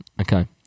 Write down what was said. Okay